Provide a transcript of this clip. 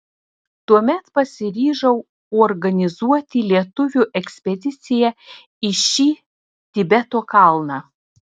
tuomet pasiryžau organizuoti lietuvių ekspediciją į šį tibeto kalną